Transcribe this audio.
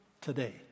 today